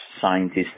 scientists